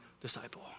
disciple